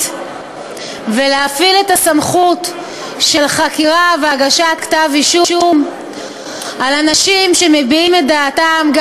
ולהפעיל את הסמכות של חקירה והגשת כתב-אישום על אנשים שמביעים את דעתם,